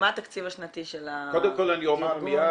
מה התקציב השנתי של ה- -- של המוסד -- קודם כל אני אומר מיד,